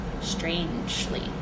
strangely